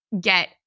get